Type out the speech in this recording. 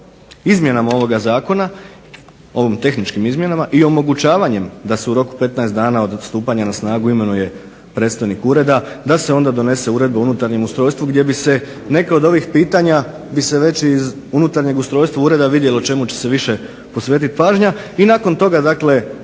izmjenama ovog zakona ovim tehničkim izmjenama i omogućavanjem da se u roku od 15 dana od stupanja na snagu imenuje predstojnik ureda, da se onda donesu uredbe u unutarnjem ustrojstvu gdje bi se neke od ovih pitanja bi se već iz unutarnjeg ustrojstva ureda vidjelo čemu će se više posvetiti pažnja. I nakon toga samim